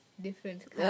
Different